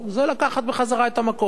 זה לקחת בחזרה את המקום.